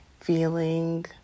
feeling